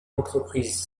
entreprise